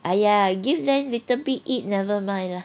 !aiya! give them little bit eat never mind lah